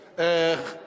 הבושה לא מגישים חוק כזה.